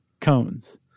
cones